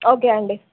okay అండి